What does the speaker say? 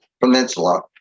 peninsula